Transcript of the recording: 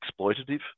exploitative